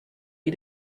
wie